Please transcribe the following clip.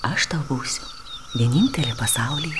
aš tau būsiu vienintelė pasaulyje